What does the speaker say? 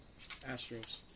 Astros